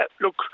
look